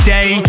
Day